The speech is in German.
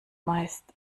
meist